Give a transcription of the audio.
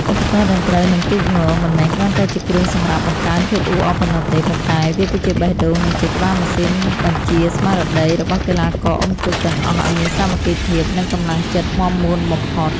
ឧបករណ៍តន្ត្រី និងទូកង មិនមែនគ្រាន់តែជាគ្រឿងសម្រាប់បង្កើនភាពអ៊ូអរប៉ុណ្ណោះទេ ប៉ុន្តែវាគឺជាបេះដូង និងជាក្បាលម៉ាស៊ីនបញ្ជាស្មារតីរបស់កីឡាករអុំទូកទាំងអស់ឱ្យមានសាមគ្គីភាព និងកម្លាំងចិត្តមាំមួនបំផុត។